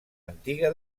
antiga